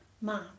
Mom